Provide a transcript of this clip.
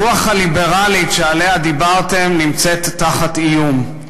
הרוח הליברלית שעליה דיברתם נמצאת תחת איום,